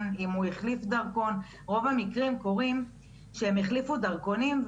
רוב המקרים קורים שהם החליפו דרכונים,